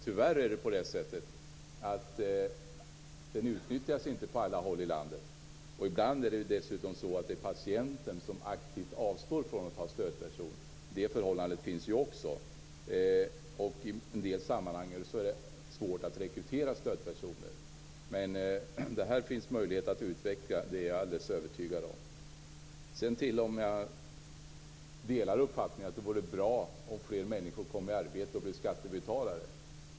Tyvärr utnyttjas den inte på alla håll i landet. Ibland avstår patienten aktivt från att ha stödperson. Det förhållandet finns också. I en del sammanhang är det svårt att rekrytera stödpersoner. Men det finns möjligheter att utveckla detta; det är jag alldeles övertygad om. Kerstin Heinemann frågade om jag delar uppfattningen att det vore bra om fler människor kom i arbete och blev skattebetalare.